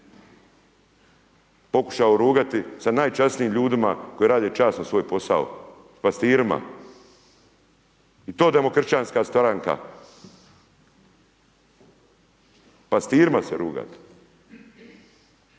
Pokušao rugati sa najčasnijim ljudima koji rade časno svoj posao, pastirima i to demokršćanska stranka, pastirima se rugate.